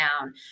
down